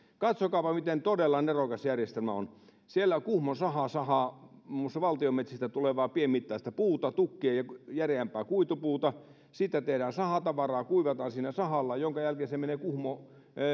katsokaapa miten todella nerokas järjestelmä on siellä kuhmon saha sahaa muun muassa valtion metsistä tulevaa pienimittaista puuta tukkia ja järeämpää kuitupuuta siitä tehdään sahatavaraa ja kuivataan siinä sahalla minkä jälkeen se menee kuhmoon